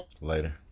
Later